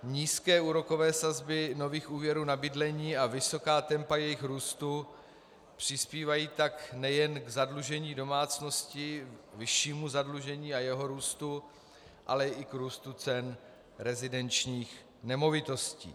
Nízké úrokové sazby nových úvěrů na bydlení a vysoká tempa jejich růstu přispívají tak nejen k zadlužení domácností, k vyššímu zadlužení a jeho růstu, ale i k růstu cen rezidenčních nemovitostí.